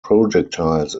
projectiles